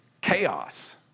chaos